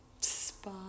spa